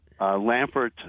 Lampert